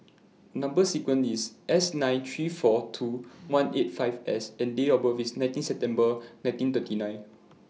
Number sequence IS S nine three four two one eight five S and Date of birth IS nineteen September nineteen thirty nine